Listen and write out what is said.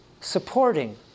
supporting